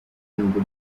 nubwo